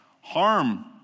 harm